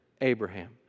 Abraham